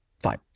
Fine